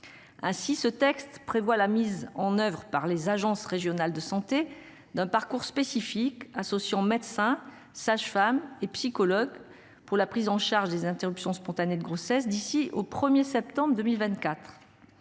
Ainsi, ce texte prévoit la mise en oeuvre par les agences régionales de santé d'un parcours spécifique associant, médecins, sages-femmes et psychologue pour la prise en charge des interruptions spontanées de grossesse d'ici au 1er septembre 2024.